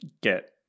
get